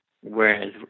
whereas